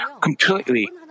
completely